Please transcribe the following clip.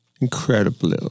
incredible